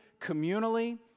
communally